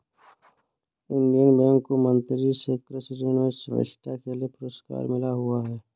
Indian Bank को मंत्री से कृषि ऋण में श्रेष्ठता के लिए पुरस्कार मिला हुआ हैं